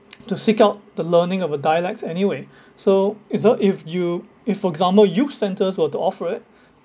to seek out the learning of a dialects anyway so if uh if you if for example youth centres were to offer it